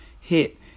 hit